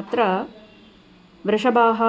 अत्र वृषभाः